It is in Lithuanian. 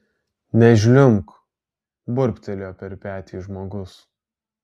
nežliumbk burbtelėjo per petį žmogus